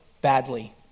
badly